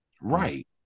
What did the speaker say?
Right